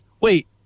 wait